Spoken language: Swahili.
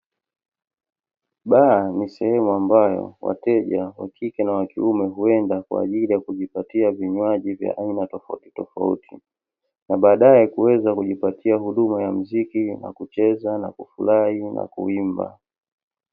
Baa ni sehemu ambayo wateja wa kike na wa kiume huenda kwa ajili ya kujipatia vinywaji vya aina tofautitofauti, na baadae kuweza kujipatia huduma ya mziki na kucheza na kufurahi na kuimba.